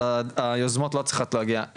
אבל היוזמות לא צריכות להגיע רק מאיתנו.